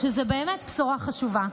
זאת באמת בשורה חשובה.